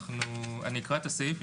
אני אקרא את הסעיף.